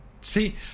See